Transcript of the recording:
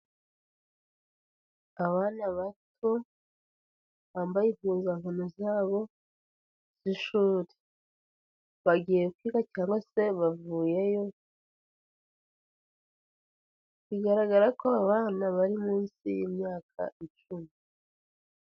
Abana bato bambaye impuzankano zabo z'ishuri, bagiye kwiga cyangwa se bavuyeyo. Bigaragara ko aba bana bari munsi y'imyaka icumi.